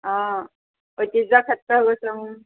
অঁ প্ৰত্য়েকটা ছেক্টৰ গৈছে অঁ